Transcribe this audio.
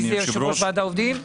אני יושב-ראש ועד העובדים.